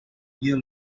you